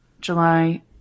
july